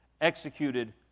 executed